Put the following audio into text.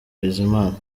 bizimana